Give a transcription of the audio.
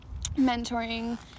mentoring